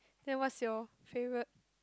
then what's your favourite